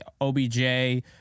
OBJ